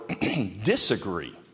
disagree